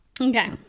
Okay